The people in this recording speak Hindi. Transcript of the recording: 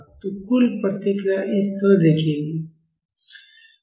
तो कुल प्रतिक्रिया इस तरह दिखेगी